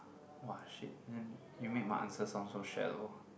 !wah! shit and you make my answer sound so shallow